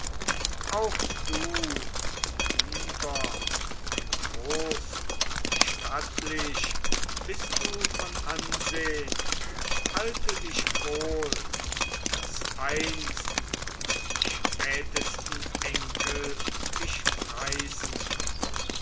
auch du lieber denn groß und stattlich bist du von ansehn halte dich wohl daß einst die spätesten enkel dich preisen